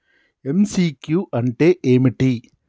MCQ అంటే ఏమిటి?